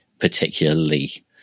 particularly